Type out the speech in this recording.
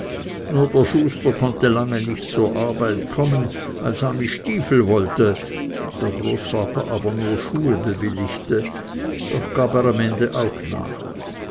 nur der schuster konnte lange nicht zur arbeit kommen weil sami stiefel wollte der großvater aber nur schuhe bewilligte doch gab er am ende auch nach